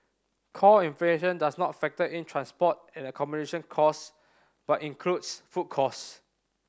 core inflation does not factor in transport and accommodation costs but includes food costs